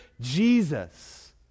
Jesus